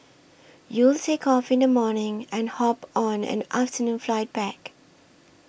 you'll take off in the morning and hop on an afternoon flight back